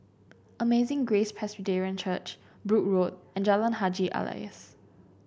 Amazing Grace Presbyterian Church Brooke Road and Jalan Haji Alias